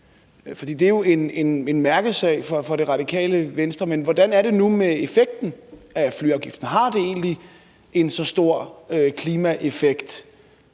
det er jo en mærkesag for Det Radikale Venstre. Men hvordan er det nu med effekten af flyafgiften? Har det egentlig så stor en klimaeffekt?